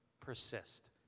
Persist